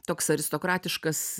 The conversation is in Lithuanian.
toks aristokratiškas